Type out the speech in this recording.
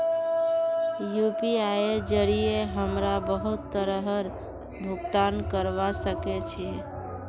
यूपीआईर जरिये हमरा बहुत तरहर भुगतान करवा सके छी